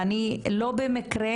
ואני לא במקרה